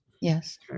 Yes